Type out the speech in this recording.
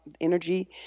energy